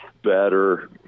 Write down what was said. better